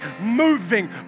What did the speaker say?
moving